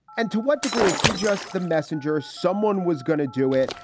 and to what degree is he just the messenger someone was going to do it.